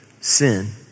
sin